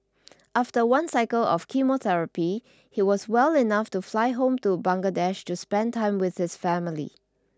after one cycle of chemotherapy he was well enough to fly home to Bangladesh to spend time with his family